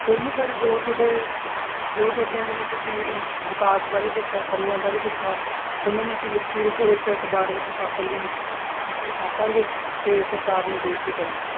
ਕੋਈ ਨੀ ਜੋ ਥੋਡੇ ਜੋ ਥੋਡੀਆਂ ਜਿਵੇਂ ਤੁਸੀਂ ਵਿਕਾਸ ਬਾਰੇ ਦੱਸਿਆ ਕਮੀਆਂ ਬਾਰੇ ਦੱਸਿਆ ਉਨ੍ਹਾਂ ਨੂੰ ਅਸੀਂ ਲਿਖਤੀ ਰੂਪ ਵਿੱਚ ਅਖ਼ਬਾਰ ਵਿੱਚ ਛਾਪਣ ਦੀ ਛਾਪਾਂਗੇ ਤੇ ਸਰਕਾਰ ਨੂੰ ਬੇਨਤੀ ਕਰਾਂਗੇ